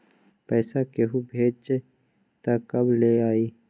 पैसा केहु भेजी त कब ले आई?